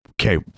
Okay